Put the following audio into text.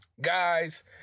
guys